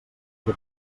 què